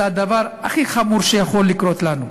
זה הדבר הכי חמור שיכול לקרות לנו.